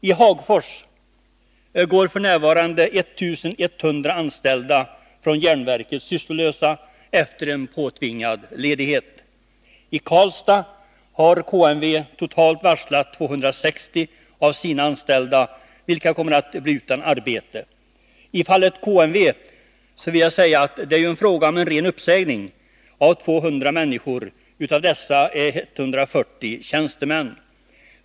I Hagfors går nu 1100 anställda från järnverket sysslolösa efter en påtvingad ledighet. I Karlstad har KMW totalt varslat 260 av sina anställda, vilka kommer att bli utan arbete. Här är det fråga om ren uppsägning av 260 människor av vilka 140 är tjänstemän.